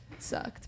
Sucked